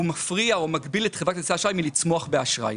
הוא מפריע או מגביל את חברת כרטיסי האשראי מלצמוח באשראי.